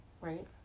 Right